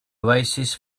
oasis